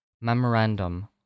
Memorandum